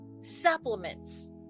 supplements